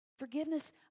Forgiveness